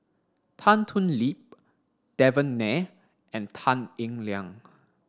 Tan Thoon Lip Devan Nair and Tan Eng Liang